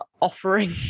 offering